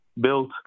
built